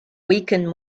weaken